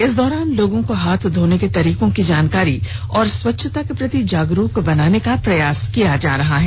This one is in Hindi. इस दौरान लोगों को हाथ धोने के तरीकों की जानकारी और स्वच्छ्ता के प्रति जागरूक बनाने का प्रयास किया जा रहा है